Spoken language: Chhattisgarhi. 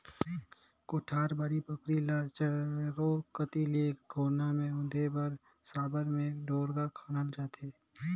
कोठार, बाड़ी बखरी ल चाएरो कती ले घोरना मे रूधे बर साबर मे ढोड़गा खनल जाथे